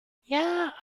yeah